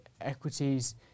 equities